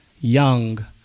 Young